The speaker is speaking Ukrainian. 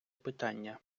питання